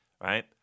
right